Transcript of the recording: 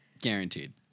Guaranteed